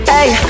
Hey